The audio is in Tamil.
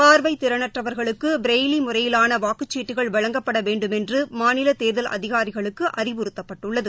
பார்வைதிறனற்றவர்களுக்குப்ரெய்லிமுறையிலானவாக்குச்சீட்டுகள் வழங்கப்படவேண்டுமென்றுமாநிலதேர்தல் அதிகாரிகளுக்குஅறிவுறுத்தப்பட்டுள்ளது